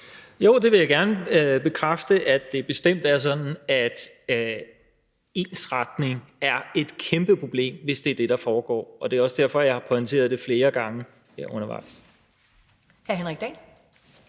Jo, det vil jeg gerne bekræfte, altså at det bestemt er sådan, at ensretning er et kæmpeproblem, hvis det er det, der foregår. Det er også derfor, jeg har pointeret det flere gange her undervejs.